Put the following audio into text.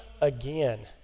again